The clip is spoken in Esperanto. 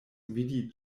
vidi